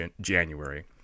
January